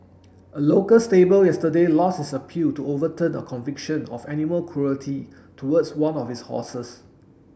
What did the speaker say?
a local stable yesterday lost its appeal to overturn a conviction of animal cruelty towards one of its horses